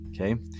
Okay